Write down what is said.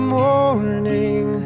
morning